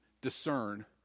discern